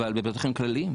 אבל בבתי חולים כלליים,